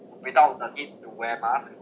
without the need to wear masks